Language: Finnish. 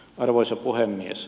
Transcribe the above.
arvoisa puhemies